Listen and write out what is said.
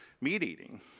meat-eating